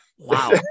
Wow